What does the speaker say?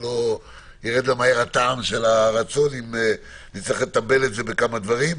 שלא ירד לה מהר הטעם של הרצון אם נצטרך לתבל את זה בכמה דברים.